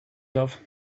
glove